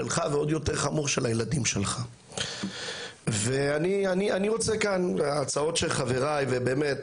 שלך ועוד יותר של הילדים שלך ואני רוצה כאן ההצעות של חבריי ובאמת